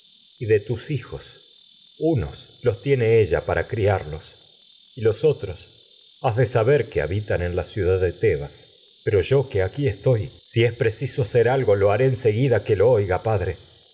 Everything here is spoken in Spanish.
y de tus hi jos unos tiene ella para criarlos y los otros has de en saber que habitan si es la ciudad de tebas pero yo que aquí estoy que preciso hacer algo lo haré en seguida lo oiga padre